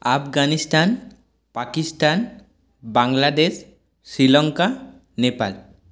Afghanistan Pakistan Bangladesh Sri Lanka Nepal